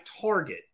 target